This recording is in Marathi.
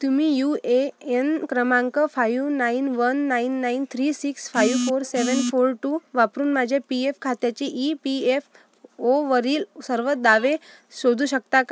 तुम्ही यू ए एन क्रमांक five nine one nine nine three six five four seven four two वापरून माझे पी एफ खात्याचे ई पी एफ ओवरील सर्व दावे शोधू शकता क